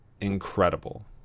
Incredible